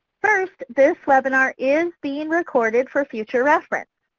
first, this webinar is being recorded for future reference.